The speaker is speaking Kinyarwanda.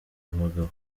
abagabo